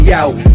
out